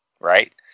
right